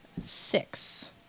six